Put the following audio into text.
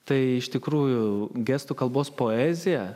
tai iš tikrųjų gestų kalbos poezija